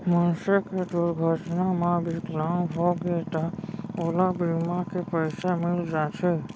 मनसे के दुरघटना म बिकलांग होगे त ओला बीमा के पइसा मिल जाथे